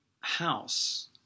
house